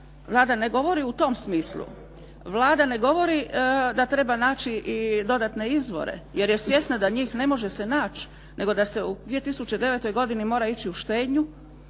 Vlada ne govori u tom smislu, Vlada ne govori da treba naći i dodatne izvore, jer je svjesna da njih ne može se naći, nego da se u 2009. godini mora ići u štednju